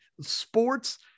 sports